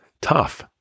tough